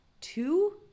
two